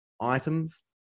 items